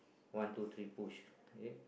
one two three push again